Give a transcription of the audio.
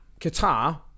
Qatar